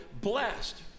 blessed